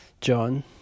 John